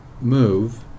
move